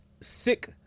sick